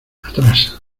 atrás